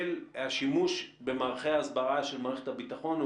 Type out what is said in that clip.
של השימוש במערכי ההסברה של מערכת הביטחון,